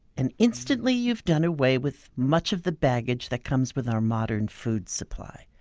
and instantly, you've done away with much of the baggage that comes with our modern food supply.